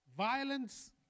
Violence